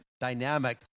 dynamic